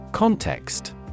Context